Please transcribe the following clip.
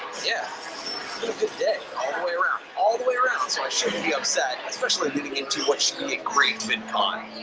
yeah, been a good day all the way around, all the way around, so i shouldn't be upset, especially leading in to what should be a great vidcon.